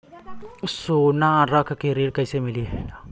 सोना रख के ऋण कैसे मिलेला?